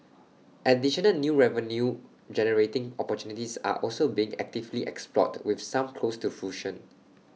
additional new revenue generating opportunities are also being actively explored with some close to fruition